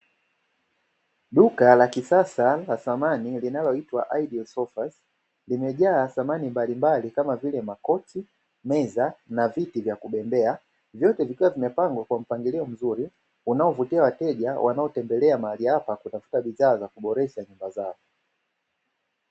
Duka la kisasa la samani linaloitwa "Ideal sofas", limejaa samani za aina mbalimbali, kama vile; makochi, meza na viti mbalimbali vya kubembea, vyote vikiwa vimepangwa kwa mpangilio mzuri unaovutia wateja waotembela mahali hapa, kutafuta bidhaa za kuboresha nyumba zao.